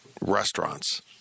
restaurants